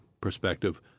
perspective